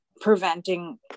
preventing